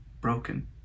broken